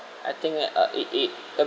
I think uh it it